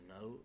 no